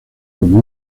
como